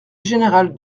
général